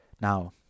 now